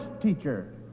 teacher